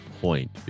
point